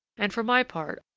and for my part,